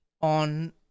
on